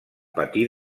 patir